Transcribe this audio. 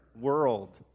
world